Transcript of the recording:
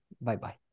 Bye-bye